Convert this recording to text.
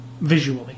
visually